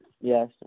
Yes